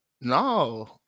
No